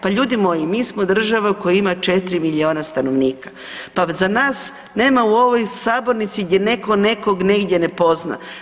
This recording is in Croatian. Pa ljudi moji mi smo država koja ima 4 milijuna stanovnika, pa za nas nema u ovoj sabornici gdje netko nekoga negdje ne poznaje.